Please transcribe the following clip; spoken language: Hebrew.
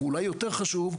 ואולי יותר חשוב,